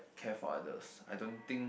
care for others I don't think